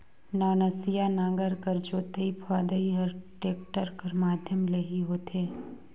नवनसिया नांगर कर जोतई फदई हर टेक्टर कर माध्यम ले ही होथे